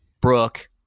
Brooke